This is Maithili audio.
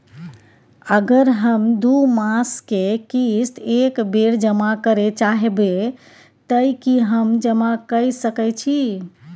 अगर हम दू मास के किस्त एक बेर जमा करे चाहबे तय की हम जमा कय सके छि?